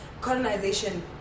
colonization